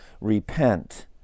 repent